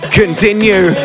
continue